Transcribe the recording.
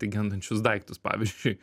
tai gendančius daiktus pavyzdžiui